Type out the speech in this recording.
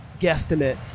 guesstimate